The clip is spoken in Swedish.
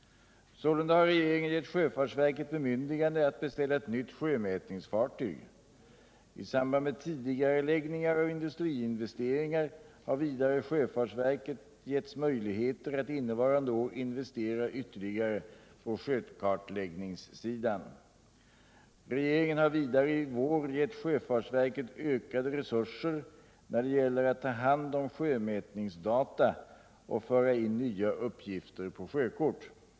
Sålunda har regeringen gett sjöfartsverket bemyndigande att beställa ett nytt sjömätningsfartyg. I samband med tidigareläggningar av industriinvesteringar har vidare sjöfartsverket getts möjligheter att innevarande år investera ytterligare på sjökartläggningssidan. Regeringen har vidare i vår gett sjöfartsverket ökade resurser när det gäller att ta hand om sjömätningsdata och föra in nya uppgifter på sjökort.